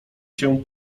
się